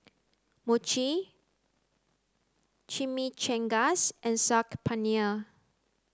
mochi Chimichangas and Saag Paneer